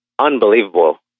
Unbelievable